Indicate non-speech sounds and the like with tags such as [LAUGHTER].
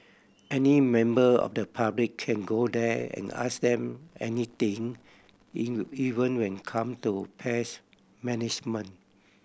any member of the public can go there and ask them anything [UNINTELLIGIBLE] even when come to pest management